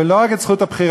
ולא רק את זכות הבחירה,